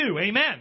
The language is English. Amen